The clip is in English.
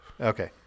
Okay